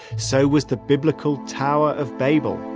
so was the biblical tower of babel